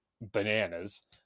bananas